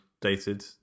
dated